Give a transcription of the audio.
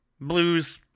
blues